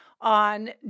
on